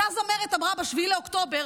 אותה זמרת אמרה ב-7 באוקטובר,